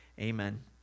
amen